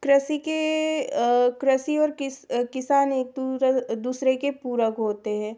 कृषि के कृषि और किस किसान एक दूसरे के पूरक होते हैं